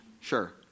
Sure